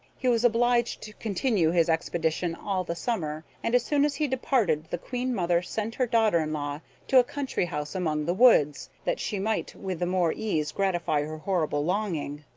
he was obliged to continue his expedition all the summer, and as soon as he departed the queen-mother sent her daughter-in-law to a country house among the woods, that she might with the more ease gratify her horrible longing.